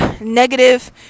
negative